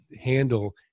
handle